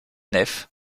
nef